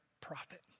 prophet